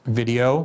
video